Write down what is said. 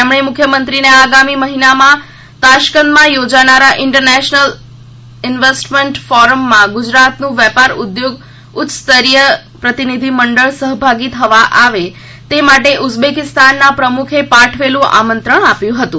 તેમણે મુખ્યમંત્રીને આગામી મહિનામાં તાશ્કંદમાં યોજાનારા ઇન્ટરનેશનલ ઇન્વેસ્ટમેન્ટ ફોરમમાં ગુજરાતનું વેપાર ઉદ્યોગ ઉચ્યસ્તરીય પ્રતિનિધિ મંડળ સહભાગી થવા આવે તે માટે ઉઝબેકિસ્તાનના પ્રમુખે પાઠવેલું આમંત્રણ આપ્યું હતું